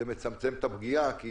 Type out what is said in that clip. אבל זה מצמצם את הפגיעה כי